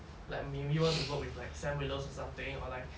like maybe want to work with like sam willows or something or like